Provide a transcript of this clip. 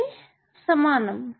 ddtE